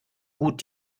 gut